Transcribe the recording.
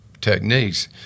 techniques